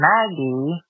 Maggie